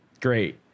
Great